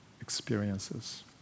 experiences